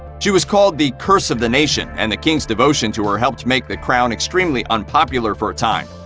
she was called the curse of the nation, and the king's devotion to her helped make the crown extremely unpopular for a time.